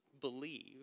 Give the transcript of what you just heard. believe